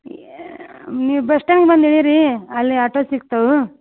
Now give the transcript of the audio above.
ಏ ನೀವು bus stand ಬಂದು ಇಳೀರಿ ಅಲ್ಲೇ ಆಟೋ ಸಿಕ್ತವೆ